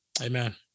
Amen